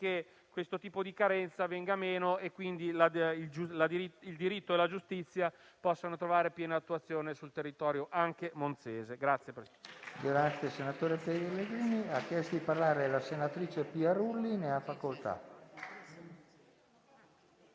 questo tipo di carenza venga meno e, quindi, il diritto e la giustizia possano trovare piena attuazione anche sul territorio monzese.